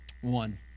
one